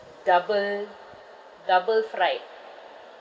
double double fried